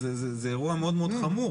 זה אירוע מאד מאד חמור.